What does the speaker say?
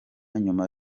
nyuma